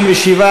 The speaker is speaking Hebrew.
37,